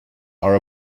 are